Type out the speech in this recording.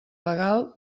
legal